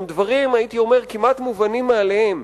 הם דברים שהייתי אומר שהם כמעט מובנים מאליהם,